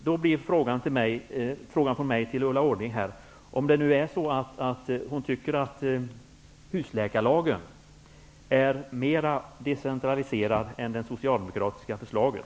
Då blir frågan från mig till Ulla Orring: Tycker Ulla Orring att husläkarlagen är mera decentraliserad än det socialdemokratiska förslaget?